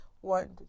one